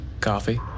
Coffee